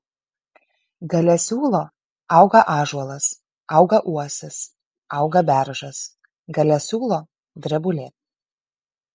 gale siūlo auga ąžuolas auga uosis auga beržas gale siūlo drebulė